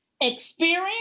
experience